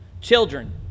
Children